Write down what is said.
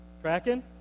Tracking